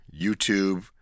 YouTube